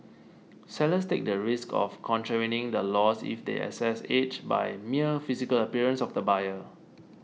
sellers take the risk of contravening the laws if they assess age by mere physical appearance of the buyer